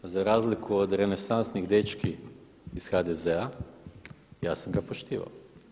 Za razliku od renesansnih dečki iz HDZ-a ja sam ga poštivao.